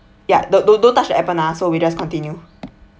ya don't don't don't touch the appen ah so we just continue